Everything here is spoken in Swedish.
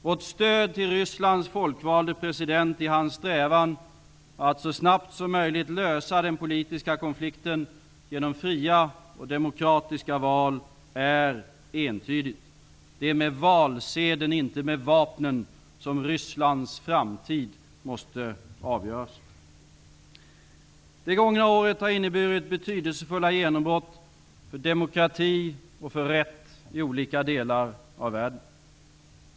Vårt stöd till Rysslands folkvalde president i hans strävan att så snabbt som möjligt lösa den politiska konflikten genom fria och demokratiska val är entydigt. Det är med valsedeln, inte med vapnen, som Rysslands framtid måste avgöras. Det gångna året har inneburit betydelsefulla genombrott för demokrati och rätt i olika delar av världen.